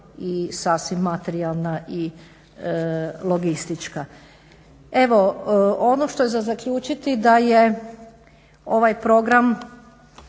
i sasvim materijalna i logistička. Evo ono što je za zaključiti da je ovaj program,